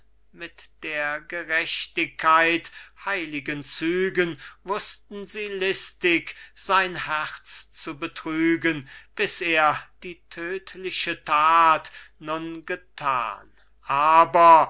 mit der gerechtigkeit heiligen zügen wußte sie listig sein herz zu betrügen bis er die tödtliche that nun gethan aber